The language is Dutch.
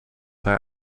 hij